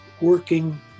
working